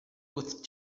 with